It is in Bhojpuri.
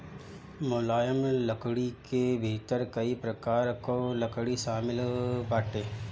मुलायम लकड़ी के भीतर कई प्रकार कअ लकड़ी शामिल बाटे